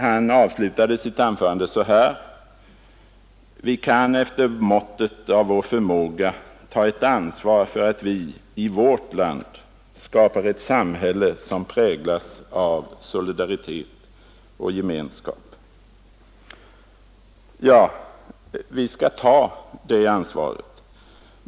Han avslutade sitt anförande så här: ”Men vi kan efter måttet av vår begränsade förmåga ta ett ansvar för att vi i vårt land skapar ett samhälle som präglas av solidaritet och gemenskap.” Ja, vi skall ta det ansvaret.